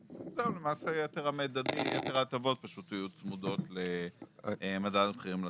למעשה יתר ההטבות פשוט יהיו צמודות למדד המחירים לצרכן.